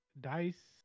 Dice